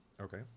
Okay